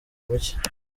muke